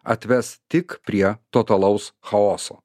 atves tik prie totalaus chaoso